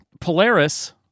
Polaris